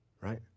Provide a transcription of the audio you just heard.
right